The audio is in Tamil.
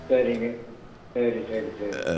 சரிங்க சரி சரி சரி சரி